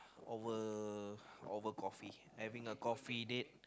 over over coffee having a coffee date